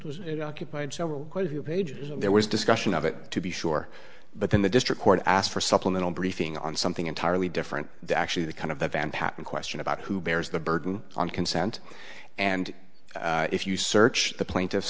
and there was discussion of it to be sure but then the district court asked for supplemental briefing on something entirely different actually the kind of the van patten question about who bears the burden on consent and if you search the plaintiff